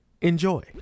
Enjoy